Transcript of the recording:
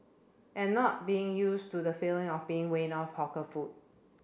and not being used to the feeling of being weaned off hawker food